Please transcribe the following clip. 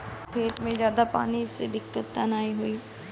खेत में ज्यादा पानी से दिक्कत त नाही होई?